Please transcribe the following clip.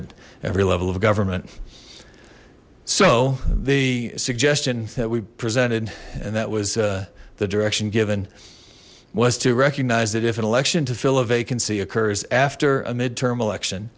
at every level of government so the suggestion that we presented and that was the direction given was to recognize that if an election to fill a vacancy occurs after a midterm election